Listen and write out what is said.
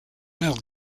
mel